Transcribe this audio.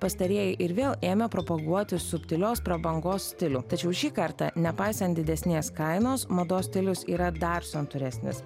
pastarieji ir vėl ėmė propaguoti subtilios prabangos stilių tačiau šį kartą nepaisant didesnės kainos mados stilius yra dar santūresnis